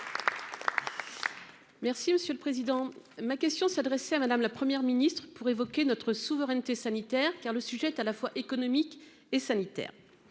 Merci monsieur le président, ma question s'adressait à madame, la Première ministre pour évoquer notre souveraineté sanitaire car le sujet à la fois économique et sanitaire